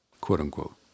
quote-unquote